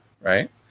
right